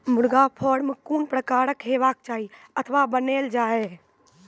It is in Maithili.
मुर्गा फार्म कून प्रकारक हेवाक चाही अथवा बनेल जाये?